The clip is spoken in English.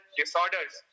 disorders